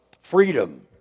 freedom